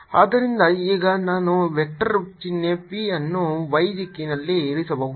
ಆದ್ದರಿಂದ ಈಗ ನಾನು ವೆಕ್ಟರ್ ಚಿಹ್ನೆ p ಅನ್ನು y ದಿಕ್ಕಿನಲ್ಲಿ ಇರಿಸಬಹುದು